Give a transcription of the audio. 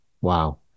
Wow